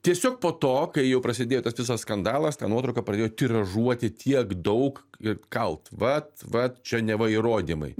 tiesiog po to kai jau prasidėjo tas visas skandalas tą nuotrauką pradėjo tiražuoti tiek daug ir kalt vat vat čia neva įrodymai